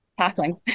Tackling